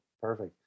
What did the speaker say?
Perfect